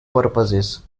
purposes